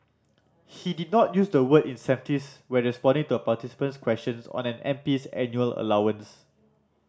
he did not use the word incentives when responding to a participant's question on an M P's annual allowance